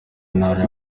ntara